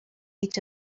each